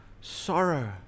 sorrow